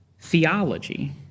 theology